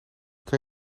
kan